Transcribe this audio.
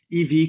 EV